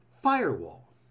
Firewall